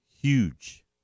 huge